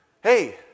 hey